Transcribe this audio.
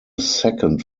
second